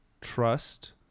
trust